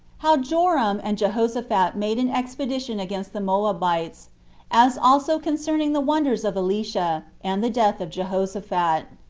how joram and jehoshaphat made an expedition against the moabites as also concerning the wonders of elisha and the death of jehoshaphat.